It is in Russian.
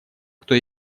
кто